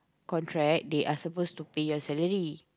contract they are supposed to pay your salary